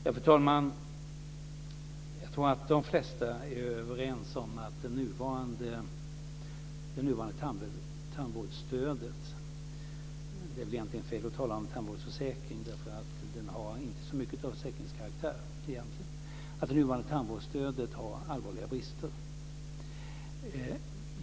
Fru talman! Jag tror att de flesta är överens om att det nuvarande tandvårdsstödet - det är egentligen fel att tala om tandvårdsförsäkring därför att stödet egentligen inte har så mycket av försäkringskaraktär - har allvarliga brister.